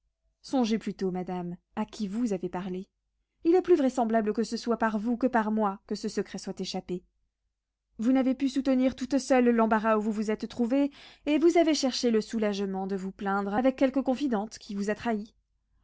songez plutôt madame à qui vous avez parlé il est plus vraisemblable que ce soit par vous que par moi que ce secret soit échappé vous n'avez pu soutenir toute seule l'embarras où vous vous êtes trouvée et vous avez cherché le soulagement de vous plaindre avec quelque confidente qui vous a trahie